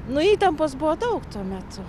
nu įtampos buvo daug tuo metu